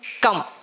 come